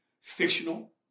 fictional